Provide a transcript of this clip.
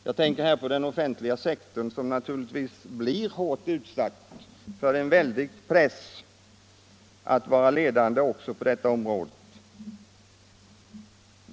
Jag tänker då på den offentliga sektorn, som naturligtvis blir utsatt för en väldig press att vara ledande även på detta område.